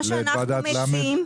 מה שאנחנו מציעים,